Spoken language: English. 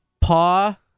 paw